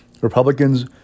Republicans